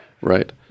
right